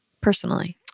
personally